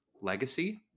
legacy